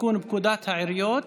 לתיקון פקודת העיריות